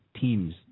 teams